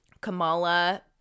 Kamala